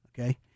okay